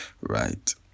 Right